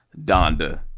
Donda